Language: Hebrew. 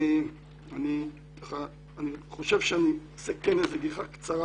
אני אעשה גיחה קצרה.